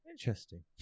interesting